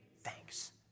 thanks